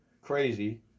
crazy